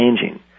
changing